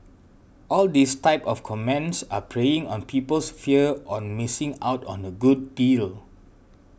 all these type of comments are preying on people's fear on missing out on a good deal